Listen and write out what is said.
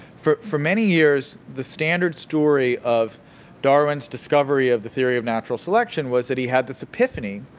for for many years, the standard story of darwin's discovery of the theory of natural selection was that he had this epiphany.